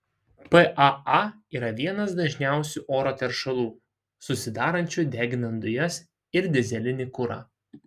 paa yra vienas dažniausių oro teršalų susidarančių deginant dujas ir dyzelinį kurą